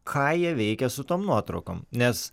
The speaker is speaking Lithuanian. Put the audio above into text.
ką jie veikia su tom nuotraukom nes